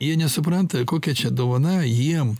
jie nesupranta kokia čia dovana jiem